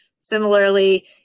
Similarly